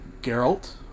Geralt